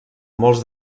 molts